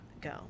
go